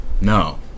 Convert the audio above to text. No